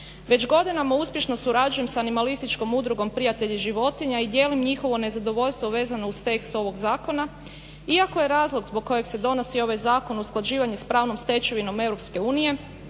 Već godinama uspješno surađujem sa animalističkom udrugom Prijatelji životinja i dijelim njihovo nezadovoljstvo vezano uz tekst ovog zakona. Iako je razlog zbog kojeg se donosi ovaj zakon usklađivanje sa pravnom stečevinom EU